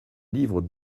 livre